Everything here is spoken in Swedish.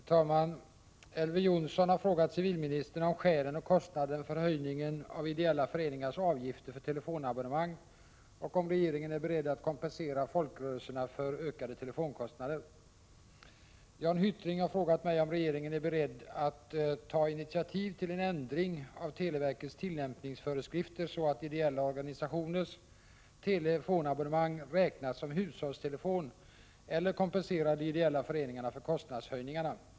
Herr talman! Elver Jonsson har frågat civilministern om skälen och kostnaden för höjningen av ideella föreningars avgifter för telefonabonnemang och om regeringen är beredd att kompensera folkrörelserna för ökade telekostnader. Jan Hyttring har frågat mig om regeringen är beredd att ta initiativ till en ändring av televerkets tillämpningsföreskrifter så att ideella organisationers telefonabonnemang räknas som hushållstelefon eller kompensera de ideella föreningarna för kostnadshöjningarna.